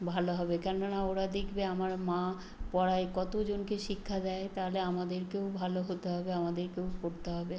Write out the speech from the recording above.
ভালো হবে কেননা ওরা দেখবে আমার মা পড়ায় কতজনকে শিক্ষা দেয় তাহলে আমাদেরকেও ভালো হতে হবে আমাদেরকেও পড়তে হবে